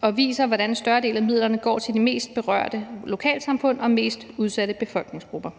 og viser, hvordan en større del af midlerne går til de mest berørte lokalsamfund og mest udsatte befolkningsgrupper.